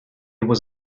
was